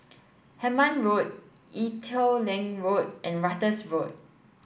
Hemmant Road Ee Teow Leng Road and Ratus Road